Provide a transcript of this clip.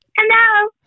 Hello